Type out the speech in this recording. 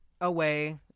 away